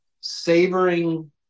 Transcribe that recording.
Savoring